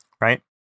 right